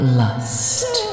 lust